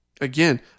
Again